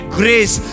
grace